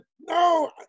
no